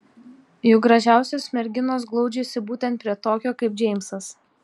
juk gražiausios merginos glaudžiasi būtent prie tokio kaip džeimsas